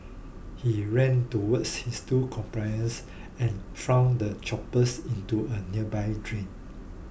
he ran towards his two accomplices and flung the choppers into a nearby drain